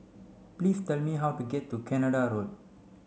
please tell me how to get to Canada Road